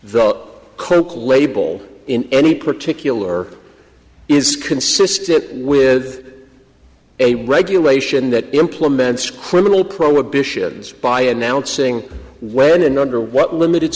the coke label in any particular is consistent with a regulation that implements criminal prohibitions by announcing when and under what limited